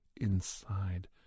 inside